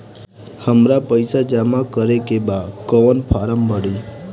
हमरा पइसा जमा करेके बा कवन फारम भरी?